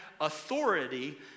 authority